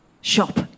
shop